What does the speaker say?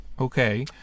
Okay